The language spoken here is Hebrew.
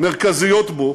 מרכזיות בו